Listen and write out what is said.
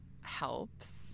helps